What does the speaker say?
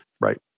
Right